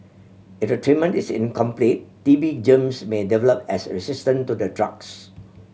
if the treatment is incomplete T B germs may develop as a resistant to the drugs